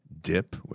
dip